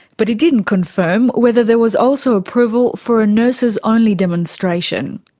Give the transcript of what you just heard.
but it didn't confirm whether there was also approval for a nurses-only demonstration.